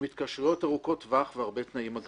התקשרויות ארוכות טווח והרבה תנאים מגבילים.